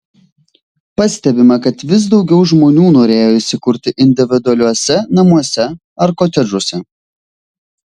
pastebima kad vis daugiau žmonių norėjo įsikurti individualiuose namuose ar kotedžuose